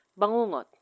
Bangungot